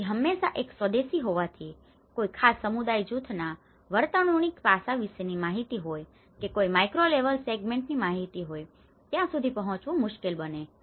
તેથી હંમેશાં એક સ્વદેશી હોવાથી કોઈ ખાસ સમુદાય જૂથના વર્તણૂકીય પાસા વિશેની માહિતી હોઈ કે કોઈ માઇક્રોલેવલ સેગમેન્ટની માહિતી હોય ત્યાં સુધી પહોંચવું મુશ્કેલ બને છે